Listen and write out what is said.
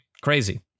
Crazy